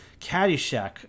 Caddyshack